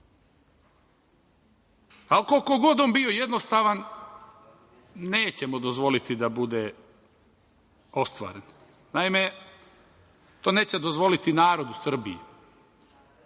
viđeno. Koliko god on bio jednostavan nećemo dozvoliti da bude ostvaren. Naime, to neće dozvoliti narod u Srbiji